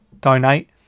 donate